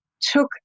took